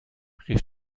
rief